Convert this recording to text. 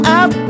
up